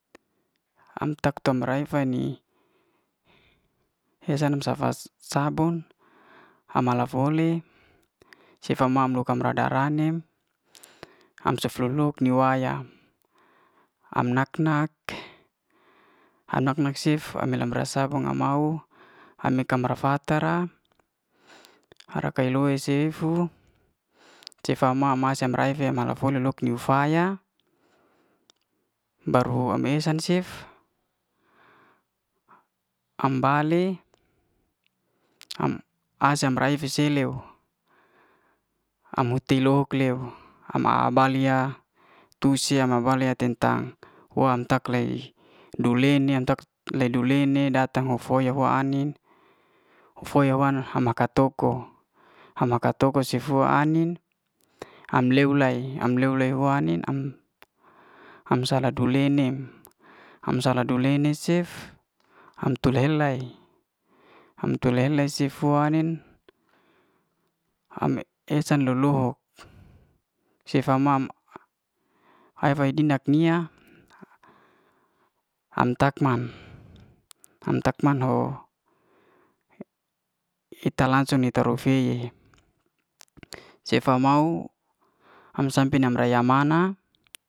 Am tak'tak ra'efa ni hesan sa safas sabun am mala fo'le sefa mau roka ma radar lae ne am sok'sok lo nik waya am nak- nak. am nak- nak cef am mbra ma sabun am mau ame kam'ra fata ra are ka'loi sifu sefa ma, ma raife mala foly lok ni faya baru am esan cef am bale am bale am rafe seleuw am uhti lok leuw am abalia tu se am bale tentang huan tak le du'le ni du'leni datang ho foya wo ai'nin hama ka toko hama ka toko sifua ai'nin am lew lay hua ai'nin, am am salah dule nem am salah dule nem cef am tu helay am tu lelay cef hua ai'nin am esa lo'lohok sefa ma, am lek am fa'di nak nia am tak am tak man ho eta langsung fe ye sefa mau am sampe nam ra ya'mana